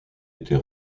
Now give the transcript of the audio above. était